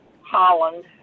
Holland